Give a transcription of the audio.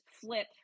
flip